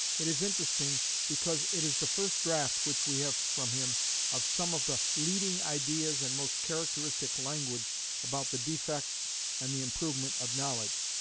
it is interesting because it is the first draught which we have from him of some of the leading ideas and most characteristic language about the defects and the improvement of knowledge,